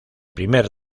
primer